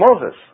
Moses